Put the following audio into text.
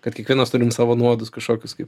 kad kiekvienas turim savo nuodus kažkokius kaip